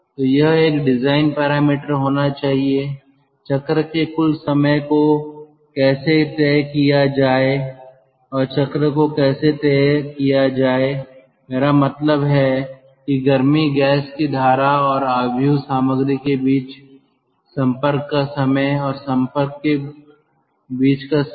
तो यह एक डिज़ाइन पैरामीटर होना चाहिए चक्र के कुल समय को कैसे तय किया जाए और चक्र को कैसे तय किया जाए मेरा मतलब है कि गर्म गैस की धारा और मैट्रिक्स सामग्री के बीच संपर्क का समय और संपर्क के बीच का समय